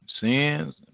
sins